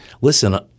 listen –